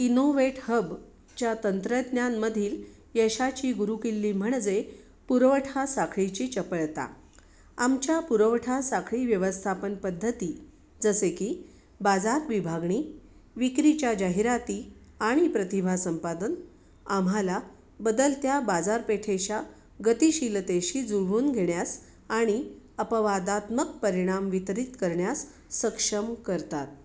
इनोवेटहबच्या तंत्रज्ञानमधील यशाची गुरुकिल्ली म्हणजे पुरवठा साखळीची चपळता आमच्या पुरवठा साखळी व्यवस्थापनपद्धती जसे की बाजार विभागणी विक्रीच्या जाहिराती आणि प्रतिभा संपादन आम्हाला बदलत्या बाजारपेठेच्या गतिशीलतेशी जुळवून घेण्यास आणि अपवादात्मक परिणाम वितरित करण्यास सक्षम करतात